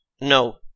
No